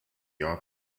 are